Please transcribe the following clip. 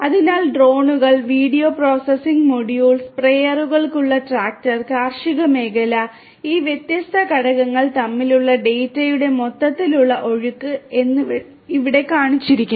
അതിനാൽ ഡ്രോണുകൾ video processing module സ്പ്രേയറുകളുള്ള ട്രാക്ടർ കാർഷിക മേഖല ഈ വ്യത്യസ്ത ഘടകങ്ങൾ തമ്മിലുള്ള ഡാറ്റയുടെ മൊത്തത്തിലുള്ള ഒഴുക്ക് എന്നിവ ഇവിടെ കാണിച്ചിരിക്കുന്നു